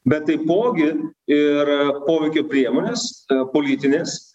bet taipogi ir poveikio priemonės politinės